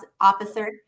officer